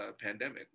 pandemic